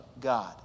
God